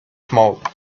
smoke